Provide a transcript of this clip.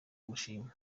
mushima